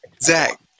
Zach